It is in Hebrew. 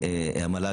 לא,